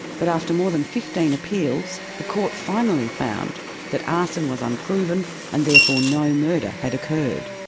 but after more than fifteen appeals the court finally found that arson was unproven and therefore no murder had occurred.